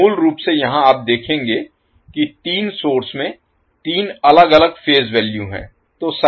तो मूल रूप से यहां आप देखेंगे कि तीन सोर्स में तीन अलग अलग फेज वैल्यू हैं